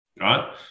right